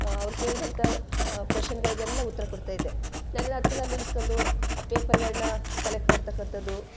ಅವ್ರು ಕೇಳ್ದಂಥ ಕೊಷನ್ಗಳಿಗೆಲ್ಲಾ ಉತ್ತರ ಕೊಡ್ತಾಯಿದ್ದೆ ನನ್ನ ಹತ್ರದಲ್ಲಿ ನಿಲ್ಸ್ಕೊಂಡು ಆ ಪೇಪರ್ಗಳನ್ನ ಕಲೆಕ್ಟ್ ಮಾಡ್ತಕ್ಕಂಥದ್ದು